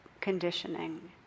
conditioning